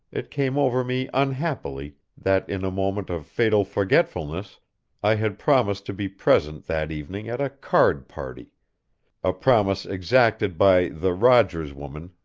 it came over me unhappily that in a moment of fatal forgetfulness i had promised to be present that evening at a card-party a promise exacted by the rogers woman,